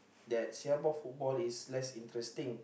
that Singapore football is less interesting